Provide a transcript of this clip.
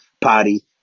party